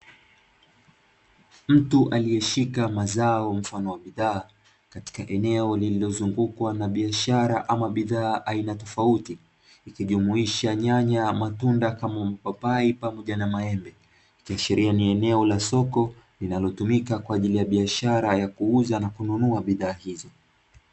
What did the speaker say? Mtu aliyeshika mazao mfano wa bidhaa, katika eneo lililozungukwa na biashara ama bidhaa aina tofauti ikijumuisha nyanya, matunda kama mpapai pamoja na maembe, ikiashiria ni eneo la soko linalotumika kwa ajili ya biashara ya kuuza na kununua bidhaa hizo.